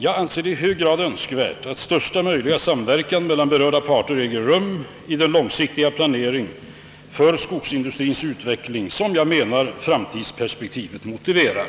Jag anser det i hög grad önskvärt att största möjliga samverkan mellan berörda parter äger rum i den långsiktiga planering för skogsindustrins utveckling, som jag menar att framtidsperspektivet motiverar.